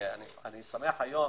אני שמח היום